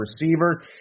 receiver